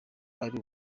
ari